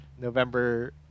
November